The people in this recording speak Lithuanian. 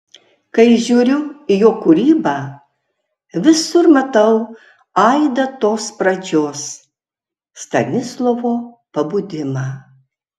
kai žiūriu į jo kūrybą visur matau aidą tos pradžios stanislovo pabudimą